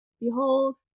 behold